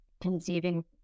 conceiving